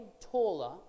taller